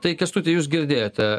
tai kęstuti jūs girdėjote